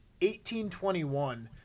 1821